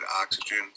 oxygen